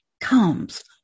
comes